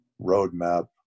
roadmap